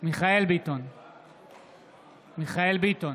מיכאל מרדכי ביטון,